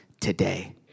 today